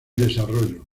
desarrollo